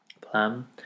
plan